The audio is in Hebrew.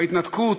ההתנתקות,